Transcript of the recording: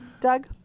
Doug